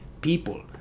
people